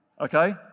Okay